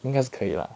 应该是可以 lah